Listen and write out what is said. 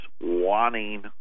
wanting